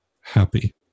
happy